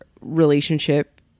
relationship